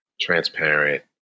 transparent